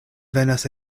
venas